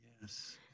yes